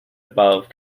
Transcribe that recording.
above